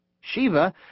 Shiva